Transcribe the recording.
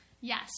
yes